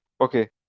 Okay